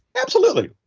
absolutely.